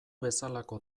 bezalako